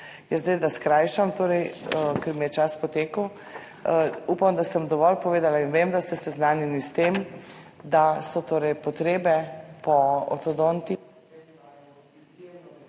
2021. Da skrajšam, ker mi je čas potekel. Upam, da sem dovolj povedala in vem, da ste seznanjeni s tem, da so torej potrebe po ortodontih